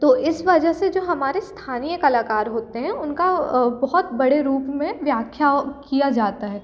तो इस वजह से जो हमारे स्थानीय कलाकार होते हैं उनका बहुत बड़े रूप में व्याख्या की जाती है